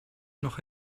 noch